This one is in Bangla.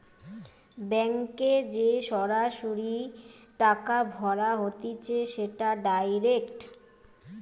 ব্যাংকে যে সরাসরি টাকা ভরা হতিছে সেটা ডাইরেক্ট